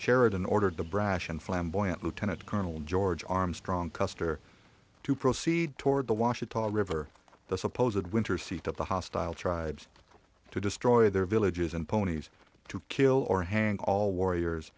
sheridan ordered the brash and flamboyant lieutenant colonel george armstrong custer to proceed toward the washing tall river the suppose that winter seat of the hostile tribes to destroy their villages and ponies to kill or hang all warriors